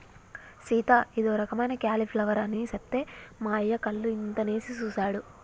సీత ఇదో రకమైన క్యాలీఫ్లవర్ అని సెప్తే మా అయ్య కళ్ళు ఇంతనేసి సుసాడు